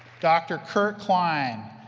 dr. kurt cline,